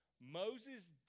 Moses